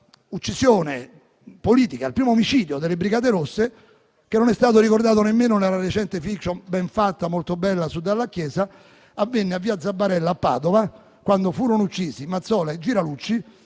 prima uccisione politica, il primo omicidio delle brigate rosse (che non è stato ricordato nemmeno nella recente *fiction*, ben fatta e molto bella su Dalla Chiesa), a via degli Zabarella a Padova, quando furono uccisi Mazzola e Giralucci,